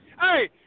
Hey